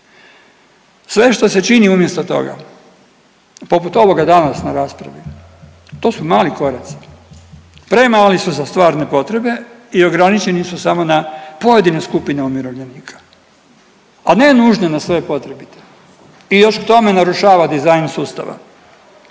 Sve što se čini umjesto toga poput ovoga danas na raspravi, to su mali koraci, premali su za stvarne potrebe i ograničeni su samo na pojedine skupine umirovljenika, a ne nužno na sve potrebite i još k tome narušava dizajn sustava.